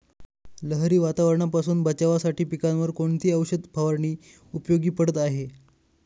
लहरी वातावरणापासून बचावासाठी पिकांवर कोणती औषध फवारणी उपयोगी पडत आहे?